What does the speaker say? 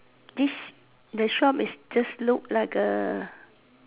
this the shop is just look like A